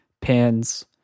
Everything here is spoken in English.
pins